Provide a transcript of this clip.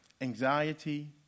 Anxiety